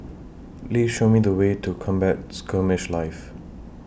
Please Show Me The Way to Combat Skirmish Live